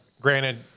granted